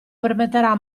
permetterà